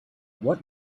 what